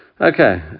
Okay